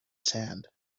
sand